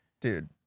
Dude